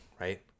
right